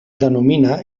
denomina